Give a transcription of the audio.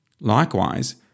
Likewise